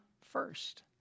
first